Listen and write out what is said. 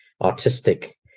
artistic